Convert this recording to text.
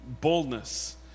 boldness